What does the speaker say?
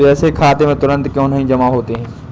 पैसे खाते में तुरंत क्यो नहीं जमा होते हैं?